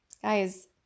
Guys